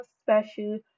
special